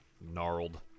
gnarled